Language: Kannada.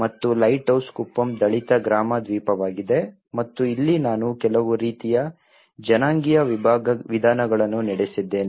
ಮತ್ತು ಲೈಟ್ ಹೌಸ್ ಕುಪ್ಪಂ ದಲಿತ ಗ್ರಾಮ ದ್ವೀಪವಾಗಿದೆ ಮತ್ತು ಇಲ್ಲಿ ನಾನು ಕೆಲವು ರೀತಿಯ ಜನಾಂಗೀಯ ವಿಧಾನಗಳನ್ನು ನಡೆಸಿದ್ದೇನೆ